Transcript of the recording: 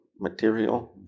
material